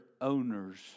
owners